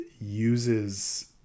uses